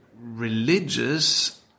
religious